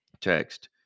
text